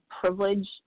privilege